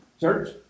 church